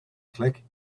click